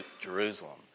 Jerusalem